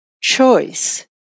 choice